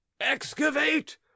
Excavate